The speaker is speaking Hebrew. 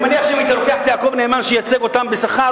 אני מניח שאם היית לוקח את יעקב נאמן שייצג אותם בשכר,